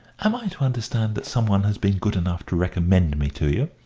am i to understand that some one has been good enough to recommend me to you?